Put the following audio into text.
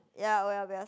ya oya-beh-ya-som